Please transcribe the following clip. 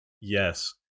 Yes